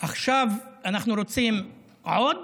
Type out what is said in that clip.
עכשיו אנחנו רוצים עוד